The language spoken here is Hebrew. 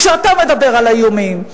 כשאתה מדבר על האיומים,